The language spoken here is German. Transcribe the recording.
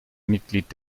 mitglied